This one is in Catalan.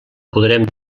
podrem